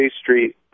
Street